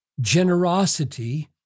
generosity